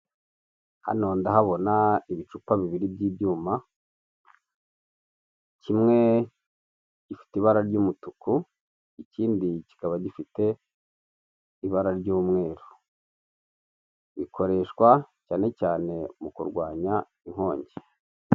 Hano ndahabona ibicupa bibiri by'ibyuma, kimwe gifite ibara ry'umutuku ikindi kikaba gifite ibara ry'umweru. Bikoreshwa cyane cyane mu kurwanya inkongi.